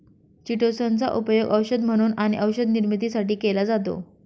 chitosan चा उपयोग औषध म्हणून आणि औषध निर्मितीसाठी केला जातो